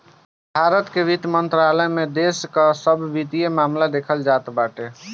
भारत के वित्त मंत्रालय में देश कअ सब वित्तीय मामला देखल जात बाटे